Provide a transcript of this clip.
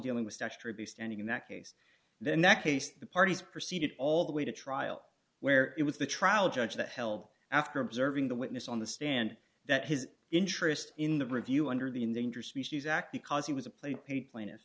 dealing with statutory beast and in that case then that case the parties proceeded all the way to trial where it was the trial judge that held after observing the witness on the stand that his interest in the review under the endangered species act because he was a play paid pla